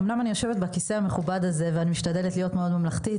אומנם אני יושבת בכיסא המכובד הזה ומשתדלת להיות מאוד ממלכתית,